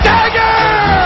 Dagger